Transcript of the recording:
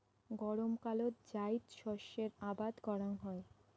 গরমকালত জাইদ শস্যের আবাদ করাং হই